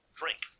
drink